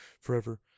forever